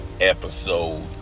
episode